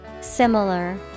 Similar